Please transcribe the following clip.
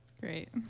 Great